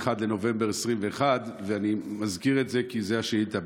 1 בנובמבר 2021. אני מזכיר את זה כי זו השאילתה,